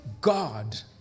God